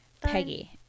Peggy